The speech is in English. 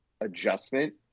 adjustment